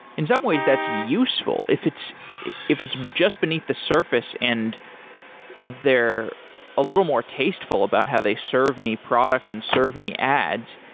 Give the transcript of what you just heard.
in some ways that's useful. if it's if it's just beneath the surface and they're a little more tasteful about how they serve me products and serve me ads,